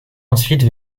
ensuite